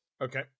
okay